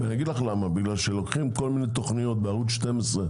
אני אגיד לך למה בגלל שלוקחים כל מיני תכניות בערוץ 12,